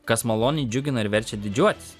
kas maloniai džiugina ir verčia didžiuotis